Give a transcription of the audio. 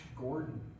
Gordon